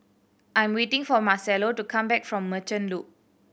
I'm waiting for Marcello to come back from Merchant Loop